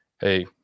Hey